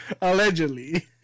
allegedly